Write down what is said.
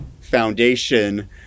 foundation